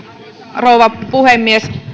rouva puhemies